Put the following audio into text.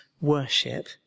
worship